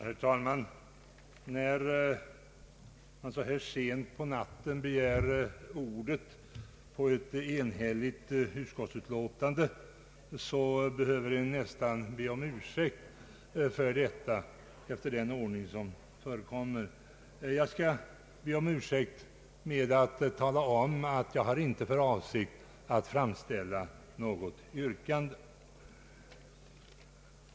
Herr talman! När man så här sent på natten begär ordet i ett ärende, bakom vilket står ett enigt utskott, behöver man nästan be om ursäkt, efter den uppfattning ledamöterna har. Jag skall be om ursäkt med att tala om att jag inte har för avsikt att framställa något yrkande.